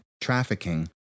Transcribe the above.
trafficking